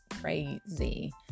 crazy